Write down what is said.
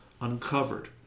uncovered